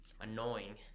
annoying